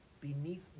beneath